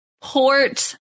port